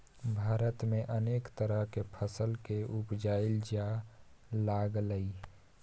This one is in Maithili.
भारत में अनेक तरह के फसल के उपजाएल जा लागलइ